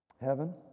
heaven